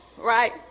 right